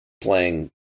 playing